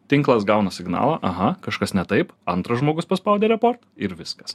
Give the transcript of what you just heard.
tinklas gauna signalą aha kažkas ne taip antras žmogus paspaudė report ir viskas